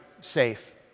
safe